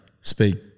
speak